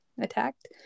attacked